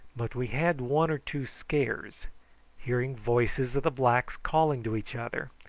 but we had one or two scares hearing voices of the blacks calling to each other,